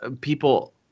people